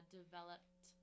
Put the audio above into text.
developed